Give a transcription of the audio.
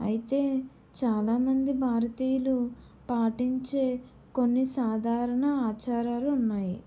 అయితే చాలామంది భారతీయులు పాటించే కొన్ని సాధారణ ఆచారాలు ఉన్నాయి